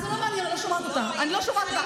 עזוב, אני לא שומעת אותה, אני לא שומעת אותה.